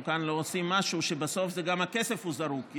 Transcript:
כאן לא עושים משהו שבסוף גם הכסף זרוק,